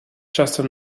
czasem